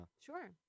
sure